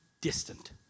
distant